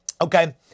Okay